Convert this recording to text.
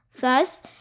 Thus